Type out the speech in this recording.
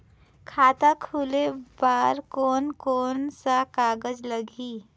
खाता खुले बार कोन कोन सा कागज़ लगही?